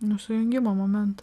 nu sujungimo momentas